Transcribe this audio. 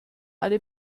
alle